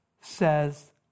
says